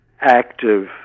active